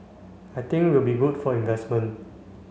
I think will be good for investment